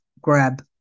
grab